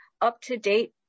up-to-date